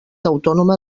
autònoma